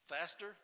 faster